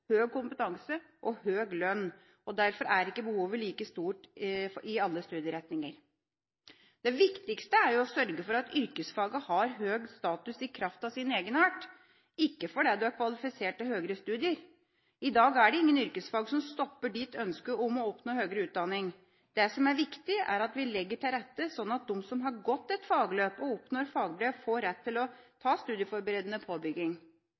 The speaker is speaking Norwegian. høg kompetanse og høg lønn, og derfor er ikke behovet like stort i alle studieretninger. Det viktigste er å sørge for at yrkesfagene har høg status i kraft av sin egenart, ikke fordi man er kvalifisert til høgere studier. I dag er det ingen yrkesfag som stopper ønsket om å oppnå høgere utdanning. Det som er viktig, er at vi legger til rette, slik at de som har gått et fagløp og oppnår fagbrev, får rett til å ta studieforberedende påbygging.